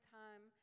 time